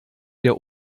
der